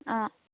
অঁ